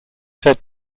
said